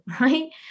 Right